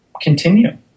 continue